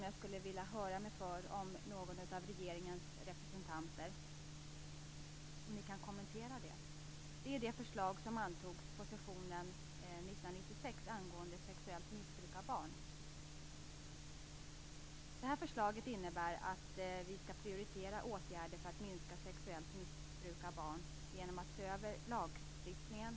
Jag skulle vilja höra mig för om någon representant för regeringen kan kommentera det förslag som antogs på sessionen 1996 angående sexuellt missbruk av barn. Förslaget innebär att vi skall prioritera åtgärder för att minska sexuellt missbruk av barn genom att se över lagstiftningen.